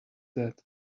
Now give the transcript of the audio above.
that